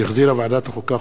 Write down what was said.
שהחזירה ועדת החוקה,